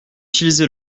utiliser